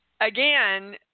Again